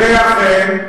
ואכן,